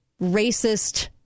racist